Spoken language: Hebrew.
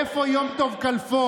איפה יום טוב כלפון?